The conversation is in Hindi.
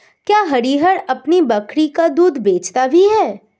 क्या हरिहर अपनी बकरी का दूध बेचता भी है?